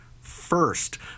first